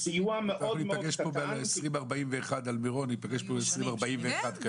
שניפגש פה ב-2041 לגבי אסון מירון.